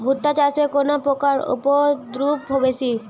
ভুট্টা চাষে কোন পোকার উপদ্রব বেশি?